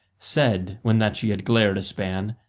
said, when that she had glared a span,